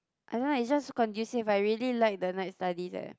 I don't know is just so conducive I really like the night study there